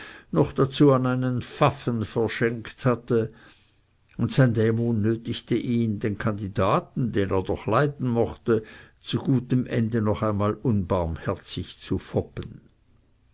noch dazu an einen faffen verschenkt hatte und sein dämon nötigte ihn den kandidaten den er doch leiden mochte zu gutem ende noch einmal unbarmherzig zu foppen